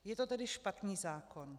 Je to tedy špatný zákon.